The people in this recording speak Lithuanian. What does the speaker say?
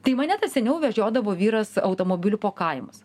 tai mane tai seniau vežiodavo vyras automobiliu po kaimus